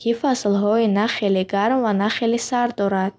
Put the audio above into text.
ки фаслҳои на хеле гарм ва на хеле сард дорад.